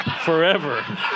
forever